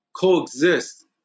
coexist